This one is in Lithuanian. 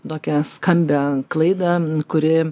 tokią skambią klaidą kuri